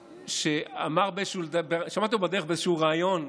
שמעתי אותו בדרך באיזשהו ריאיון.